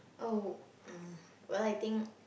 oh um well I think